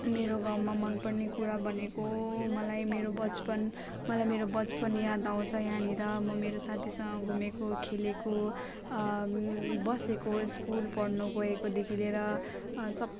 मेरो गाउँमा मनपर्ने कुरा भनेको मलाई मेरो बचपन मलाई मेरो बचपन याद आउँछ यहाँनिर म मेरो साथीसँग घुमेको खेलेको बसेको स्कुल पढ्न गएकोदेखि लिएर